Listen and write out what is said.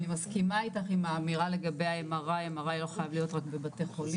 אני מסכימה איתך עם האמירה לגבי ה-M.R.I לא חייב להיות רק בבתי חולים,